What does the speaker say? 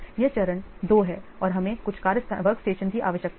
यह चरण 2 है और हमें कुछ वर्क स्टेशन की आवश्यकता है